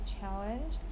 challenge